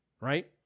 right